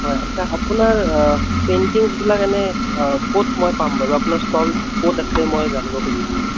হয় আচ্ছা আপোনাৰ পেইণ্টিঙছবিলাক এনে ক'ত মই পাম বাৰু আপোনাক ষ্টলছ ক'ত আছে মই জানিব খুজিছিলোঁ